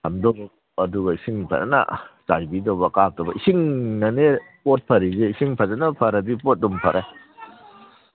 ꯑꯗꯨꯒ ꯏꯁꯤꯡ ꯐꯖꯅ ꯆꯥꯏꯕꯤꯗꯣꯏꯕ ꯀꯥꯞꯇꯣꯏꯕ ꯏꯁꯤꯡꯅꯅꯦ ꯄꯣꯠ ꯐꯔꯤꯁꯦ ꯏꯁꯤꯡ ꯐꯖꯅ ꯐꯔꯗꯤ ꯄꯣꯠ ꯑꯗꯨꯝ ꯐꯔꯦ